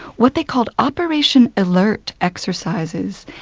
what they called operation alert exercises.